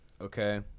okay